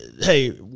hey